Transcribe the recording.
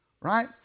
right